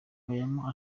bayama